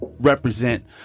Represent